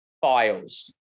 Files